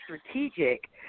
strategic